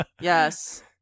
Yes